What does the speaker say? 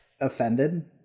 offended